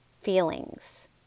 feelings